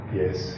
yes